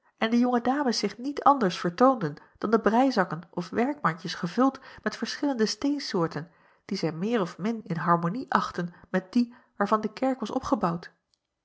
en de jonge dames zich niet anders vertoonden dan de breizakken of werkmandjes gevuld met verschillende steensoorten die zij meer of min in harmonie achtten met die waarvan de kerk was opgebouwd